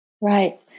Right